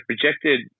projected